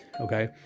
okay